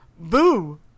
Boo